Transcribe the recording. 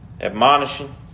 admonishing